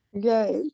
Yes